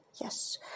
Yes